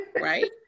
right